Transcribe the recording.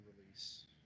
release